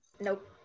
Nope